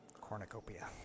Cornucopia